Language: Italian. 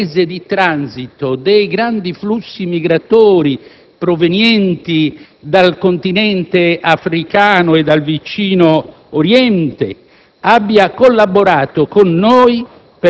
divenuta ormai principale Paese di transito dei grandi flussi migratori provenienti dal Continente africano e dal vicino Oriente,